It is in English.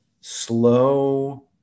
slow